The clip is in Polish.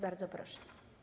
Bardzo proszę.